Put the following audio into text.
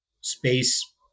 space